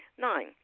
Nine